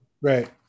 right